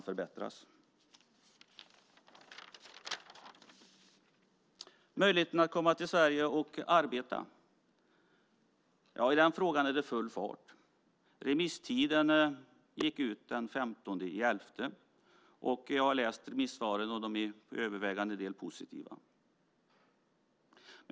När det gäller möjligheten att komma till Sverige och arbeta är det full fart. Remisstiden gick ut den 15 november. Jag har läst remissvaren. De är till övervägande del positiva.